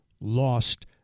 lost